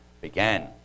began